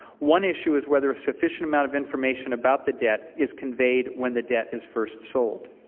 one issue is whether a sufficient amount of information about the debt is conveyed when the debt is first sold.